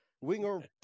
Winger